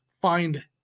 find